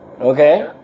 Okay